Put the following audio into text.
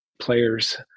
players